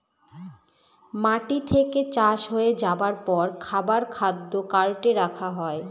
মাটি থেকে চাষ হয়ে যাবার পর খাবার খাদ্য কার্টে রাখা হয়